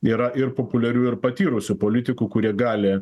yra ir populiarių ir patyrusių politikų kurie gali